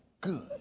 good